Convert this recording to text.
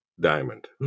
diamond